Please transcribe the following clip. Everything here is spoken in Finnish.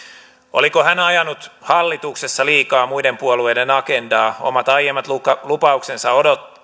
oliko hän ajanut hallituksessa liikaa muiden puolueiden agendaa omat aiemmat lupauksensa